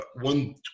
one